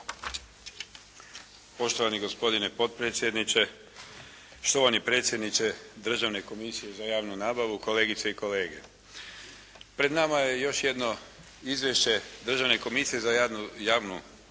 Poštovani gospodine potpredsjedniče, štovani predsjedniče Državne komisije za javnu nabavu, kolegice i kolege. Pred nama je još jedno izvješće Državne komisije za javnu nabavu